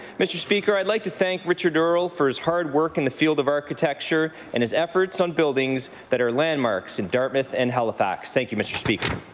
mr. speaker, i would like to thank richard earl for his hard work in the field of architecture and his efforts on buildings that are landmarks in dartmouth and halifax. thank you mr. speaker.